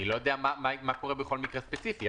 אני לא יודע מה קורה בכל מקרה ספציפי.